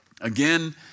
Again